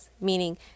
meaning